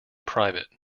private